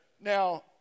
Now